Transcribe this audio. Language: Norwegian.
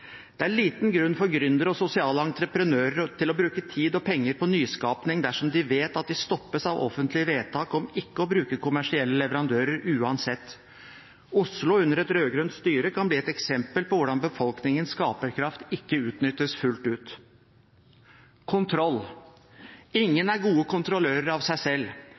Det er liten grunn for gründere og sosiale entreprenører til å bruke tid og penger på nyskaping dersom de vet at de stoppes av offentlige vedtak om ikke å bruke kommersielle leverandører uansett. Oslo under rød-grønt styre kan bli et eksempel på hvordan befolkningens skaperkraft ikke utnyttes fullt ut. Kontroll: Ingen er gode kontrollører av seg selv.